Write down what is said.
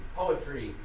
poetry